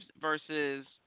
versus